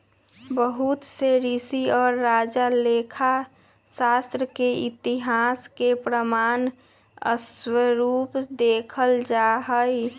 बहुत से ऋषि और राजा लेखा शास्त्र के इतिहास के प्रमाण स्वरूप देखल जाहई